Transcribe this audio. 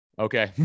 Okay